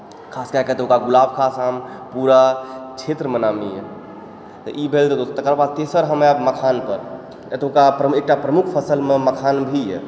खास कए कऽ एतौका गुलाब खास आम पूरा क्षेत्रमे नामी यऽ तऽ ई भेल तेसर हमरा मखानके एतौका एकटा प्रमुख फसलमे मखान भी यऽ